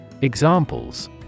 Examples